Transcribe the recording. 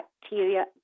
bacteria